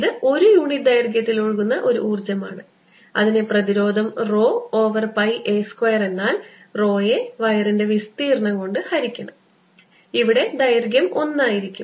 ഇത് ഒരു യൂണിറ്റ് ദൈർഘ്യത്തിൽ ഒഴുകുന്ന ഒരു ഊർജ്ജമാണ് അതിനെ പ്രതിരോധം rho over pi a square എന്നാൽ rho യെ വയറിൻ്റെ വിസ്തീർണ്ണം കൊണ്ട് ഹരിക്കണം ഇവിടെ ദൈർഘ്യം 1 ആയിരിക്കും